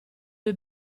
due